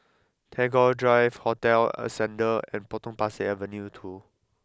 Tagore Drive Hotel Ascendere and Potong Pasir Avenue two